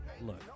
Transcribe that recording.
look